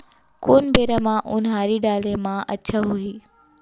कोन बेरा म उनहारी डाले म अच्छा होही?